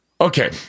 Okay